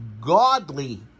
godly